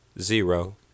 zero